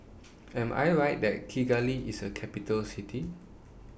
Am I Right that Kigali IS A Capital City